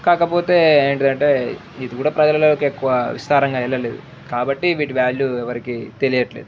కాకపోతే ఏంటిదంటే ఇది కూడా ప్రజలోకి ఎక్కువ విస్తారంగా వెళ్ళలేదు కాబట్టి వీటి వ్యాల్యూ వరికి తెలియట్లేదు